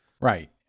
right